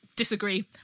Disagree